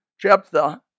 Jephthah